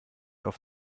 auf